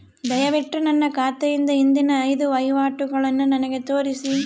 ದಯವಿಟ್ಟು ನನ್ನ ಖಾತೆಯಿಂದ ಹಿಂದಿನ ಐದು ವಹಿವಾಟುಗಳನ್ನು ನನಗೆ ತೋರಿಸಿ